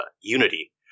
Unity